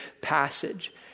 passage